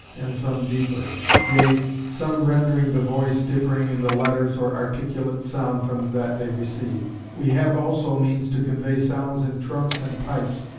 and some deeper yea, some rendering the voice differing in the letters or articulate sound from that they receive. we have also means to convey sounds in trunks and pipes,